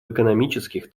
экономических